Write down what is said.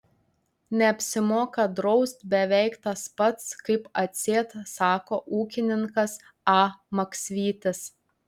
neapsimoka draust beveik tas pats kaip atsėt sako ūkininkas a maksvytis